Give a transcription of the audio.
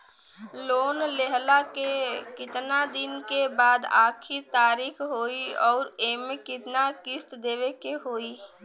Loan लेहला के कितना दिन के बाद आखिर तारीख होई अउर एमे कितना किस्त देवे के होई?